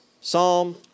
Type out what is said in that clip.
Psalm